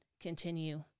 continue